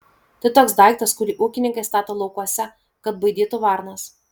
tai toks daiktas kurį ūkininkai stato laukuose kad baidytų varnas